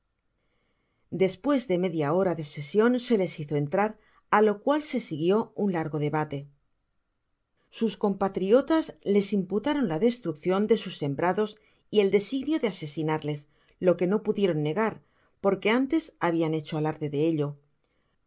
despues de media hora de sesion se les hizo entrar á lo cual se siguió un largo debate sus compatriotas les imputaron la destruccion de sus sembrados y el designio de asesinarles lo que no pudieron negar parque antes habian hecho alarde de ello los